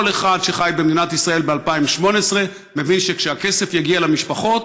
כל אחד שחי במדינת ישראל ב-2018 מבין שכשהכסף יגיע למשפחות,